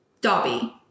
Dobby